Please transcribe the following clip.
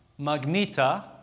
Magneta